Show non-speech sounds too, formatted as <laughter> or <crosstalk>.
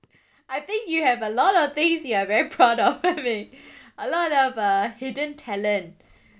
I think you have a lot of things you are very proud of <laughs> having a lot of uh hidden talent